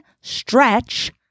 stretch